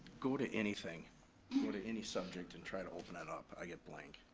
go to anything. go to any subject and try to open that up, i get blank.